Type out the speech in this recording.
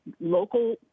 local